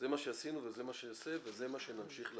זה מה שעשינו וזה מה שנעשה, זה מה שנמשיך לעשות".